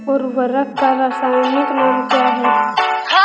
उर्वरक का रासायनिक नाम क्या है?